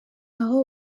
aho